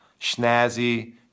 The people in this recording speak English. snazzy